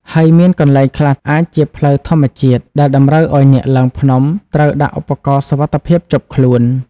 ហើយមានកន្លែងខ្លះអាចជាផ្លូវធម្មជាតិ ដែលតម្រូវឱ្យអ្នកឡើងភ្នំត្រូវដាក់ឧបករណ៍សុវត្ថិភាពជាប់ខ្លួន។